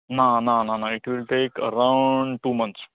ना ना ना it will take around two months